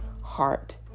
heart